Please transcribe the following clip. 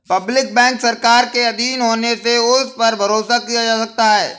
public bank सरकार के आधीन होने से उस पर भरोसा किया जा सकता है